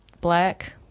black